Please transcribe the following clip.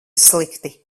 slikti